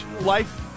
life